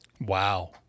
Wow